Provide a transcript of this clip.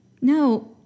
No